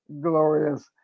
glorious